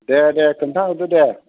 दे दे खोन्था हरदो दे